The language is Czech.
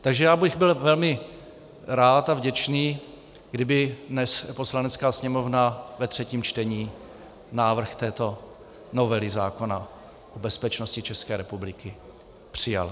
Takže já bych byl velmi rád a vděčný, kdyby dnes Poslanecká sněmovna ve třetím čtení návrh této novely zákona o bezpečnosti České republiky přijala.